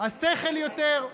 השכל יותר,